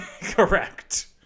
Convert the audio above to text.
Correct